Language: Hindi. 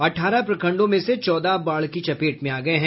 अठारह प्रखंडों में से चौदह बाढ़ की चपेट में आ गये हैं